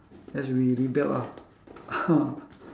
as we rebelled ah